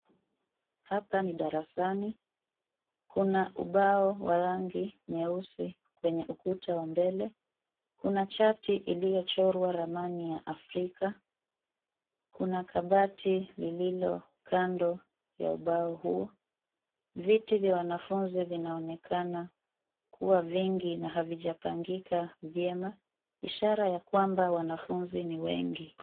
Hapa ni darasani. Kuna ubao wa rangi nyeusi kwenye ukuta wa mbele. Kuna chati iliyochorwa ramani ya Afrika. Kuna kabati lililo kando ya ubao huo. Viti vya wanafunzi vinaonekana kuwa vingi na havijapangika vyema ishara ya kwamba wanafunzi ni wengi.